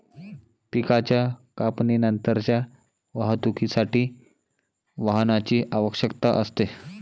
पिकाच्या कापणीनंतरच्या वाहतुकीसाठी वाहनाची आवश्यकता असते